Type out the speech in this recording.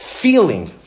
feeling